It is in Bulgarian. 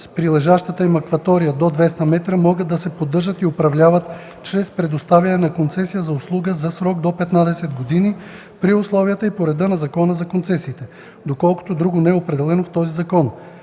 с прилежащата им акватория до 200 м, могат да се поддържат и управляват чрез предоставяне на концесия за услуга за срок до 15 години при условията и по реда на Закона за концесиите, доколкото друго не е определено в този закон.”;